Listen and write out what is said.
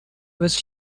was